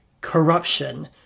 corruption